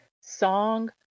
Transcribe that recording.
song